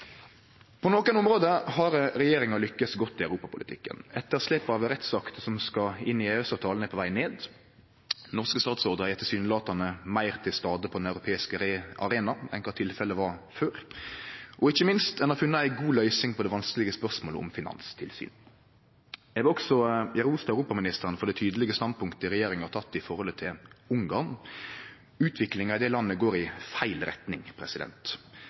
På nokre område har regjeringa lykkast godt i europapolitikken. Etterslepet av rettsakter som skal inn i EØS-avtalen, er på veg ned. Norske statsrådar er tilsynelatande meir til stades på den europeiske arenaen enn kva tilfellet var før, og, ikkje minst, ein har funne ei god løysing på det vanskelege spørsmålet om finanstilsyn. Eg vil også gje ros til europaministeren for det tydelege standpunktet regjeringa har teke i forholdet til Ungarn. Utviklinga i det landet går i feil retning.